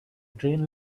train